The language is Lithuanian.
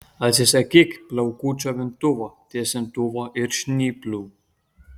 atsisakyk plaukų džiovintuvo tiesintuvo ir žnyplių